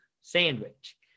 sandwich